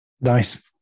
nice